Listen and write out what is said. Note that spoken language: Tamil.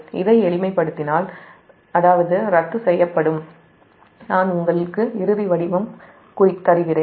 இதை எளிமைப்படுத்தினால் ஏதாவது ரத்து செய்யப்படும் நான் உங்களுக்கு இறுதி வடிவம் தருகிறேன்